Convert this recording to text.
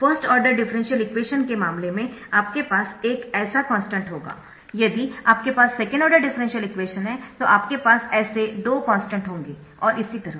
first order differential equation के मामले में आपके पास एक ऐसा कॉन्स्टन्ट होगा यदि आपके पास सेकंड आर्डर डिफरेंशियल इक्वेशन है तो आपके पास ऐसे दो कॉन्स्टन्ट होंगे और इसी तरह